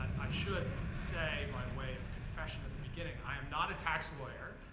i should say, by way of confession at the beginning, i am not a tax lawyer.